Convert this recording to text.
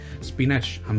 spinach